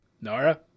Nara